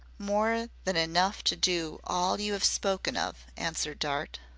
more than enough to do all you have spoken of, answered dart.